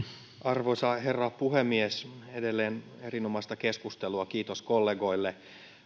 arvoisa herra puhemies edelleen erinomaista keskustelua kiitos kollegoille